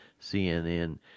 CNN